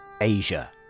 Asia